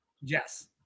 Yes